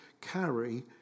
carry